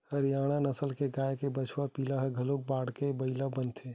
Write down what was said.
हरियाना नसल के गाय के बछवा पिला ह घलोक बाड़के बइला बनथे